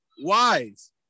wise